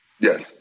Yes